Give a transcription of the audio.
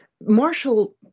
Marshall